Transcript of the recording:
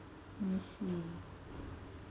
let me see